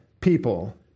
people